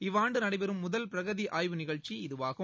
இவ்வாண்டு நடைபெறும் முதல் பிரகதி ஆய்வு நிகழ்ச்சி இதுவாகும்